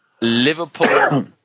Liverpool